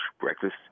breakfast